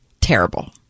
terrible